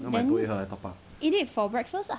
then eat it for breakfast lah